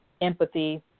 empathy